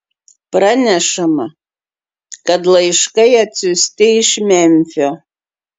pranešama kad laiškai atsiųsti iš memfio